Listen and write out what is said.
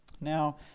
Now